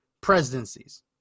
presidencies